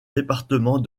département